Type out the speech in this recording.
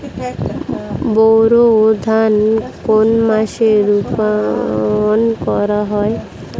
বোরো ধান কোন মাসে রোপণ করা হয়?